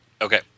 Okay